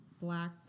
black